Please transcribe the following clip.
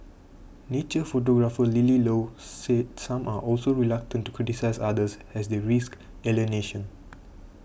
nature photographer Lily Low said some are also reluctant to criticise others as they risk alienation